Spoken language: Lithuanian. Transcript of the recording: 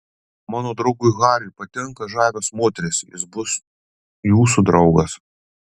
mano draugui hariui patinka žavios moterys jis bus jūsų draugas